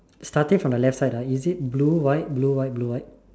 starting from the left side is it blue white blue white blue white